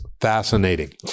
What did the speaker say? fascinating